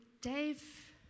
Dave